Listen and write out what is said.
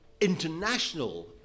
international